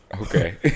Okay